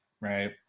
right